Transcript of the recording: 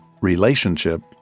relationship